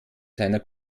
seiner